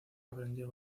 aprendió